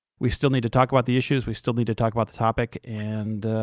we still need to talk about the issues, we still need to talk about the topic, and